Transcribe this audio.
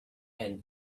and